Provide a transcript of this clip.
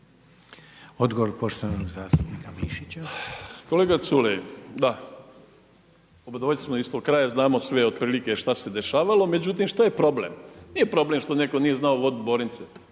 Odgovor poštovanog zastupnika Mišića. **Mišić, Ivica (Nezavisni)** Kolega Culej, da. Obadvojica smo iz istog kraja. Znamo sve otprilike šta se dešavao. Međutim, šta je problem? Nije problem što netko nije znao vodit Borince,